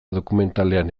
dokumentalean